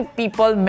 people